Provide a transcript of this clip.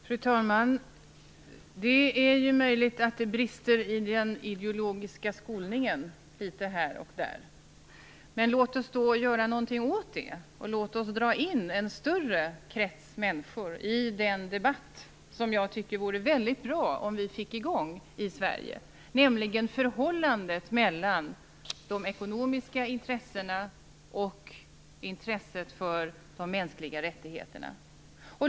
Fru talman! Det är ju möjligt att det brister i den ideologiska skolningen litet här och där, men låt oss då göra något åt det. Låt oss dra in en större krets människor i den debatt som jag tycker att det vore väldigt bra om vi fick i gång i Sverige om förhållandet mellan de ekonomiska intressena och intresset för de mänskliga rättigheterna.